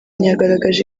yagaragaje